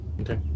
okay